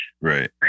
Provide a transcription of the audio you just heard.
Right